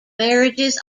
marriages